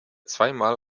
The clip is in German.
zweimal